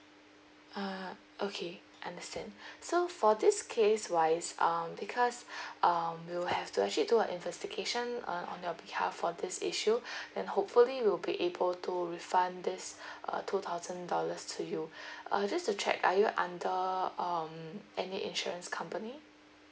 ah okay understand so for this case wise um because um we'll have to actually do a investigation uh on your behalf for this issue and hopefully we'll be able to refund this uh two thousand dollars to you uh just to check are you under um any insurance company